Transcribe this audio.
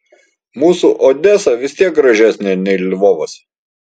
mūsų odesa vis tiek gražesnė nei lvovas